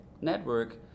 network